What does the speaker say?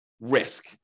risk